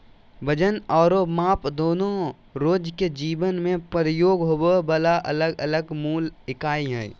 वजन आरो माप दोनो रोज के जीवन मे प्रयोग होबे वला अलग अलग मूल इकाई हय